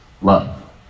love